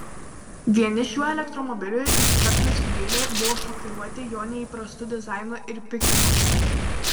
vieni šiuo elektromobiliu iškart nusivylė buvo šokiruoti jo neįprastu dizainu ir piktinosi